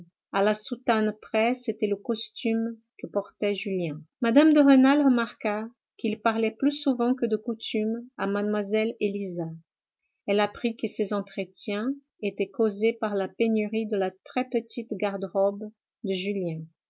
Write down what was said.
a la soutane près c'était le costume que portait julien mme de rênal remarqua qu'il parlait plus souvent que de coutume à mlle élisa elle apprit que ces entretiens étaient causés par la pénurie de la très petite garde-robe de julien